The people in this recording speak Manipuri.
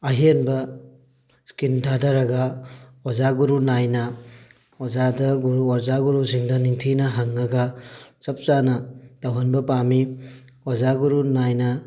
ꯑꯍꯦꯟꯕ ꯁ꯭ꯀꯤꯜ ꯊꯥꯊꯔꯒ ꯑꯣꯖꯥ ꯒꯨꯔꯨ ꯅꯥꯏꯅ ꯑꯣꯖꯥꯗ ꯒꯨꯔꯨ ꯑꯣꯖꯥ ꯒꯨꯔꯨꯁꯤꯡꯗ ꯅꯤꯡꯊꯤꯅ ꯍꯪꯉꯒ ꯆꯞ ꯆꯥꯅ ꯇꯧꯍꯟꯕ ꯄꯥꯝꯃꯤ ꯑꯣꯖꯥ ꯒꯨꯔꯨ ꯅꯥꯏꯅ